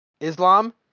Islam